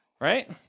right